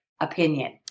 opinion